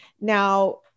Now